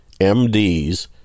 MDs